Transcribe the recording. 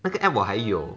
那个 app 我还有